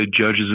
judges